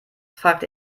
fragt